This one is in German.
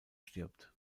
stirbt